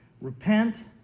Repent